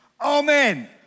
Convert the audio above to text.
amen